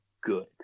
good